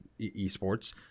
eSports